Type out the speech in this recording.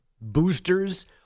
boosters